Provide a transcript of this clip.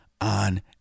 on